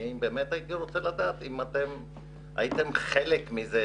אני באמת הייתי רוצה לדעת אם הייתם חלק מזה,